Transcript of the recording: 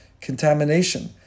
contamination